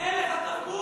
אין לך תרבות,